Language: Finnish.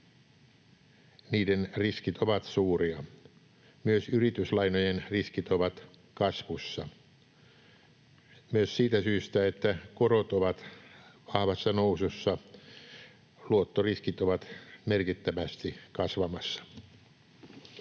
Niiden riskit ovat suuria. Myös yrityslainojen riskit ovat kasvussa. Myös siitä syystä, että korot ovat vahvassa nousussa, luottoriskit ovat merkittävästi kasvamassa.